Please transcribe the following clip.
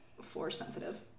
Force-sensitive